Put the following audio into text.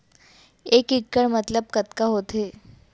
एक इक्कड़ मतलब कतका होथे?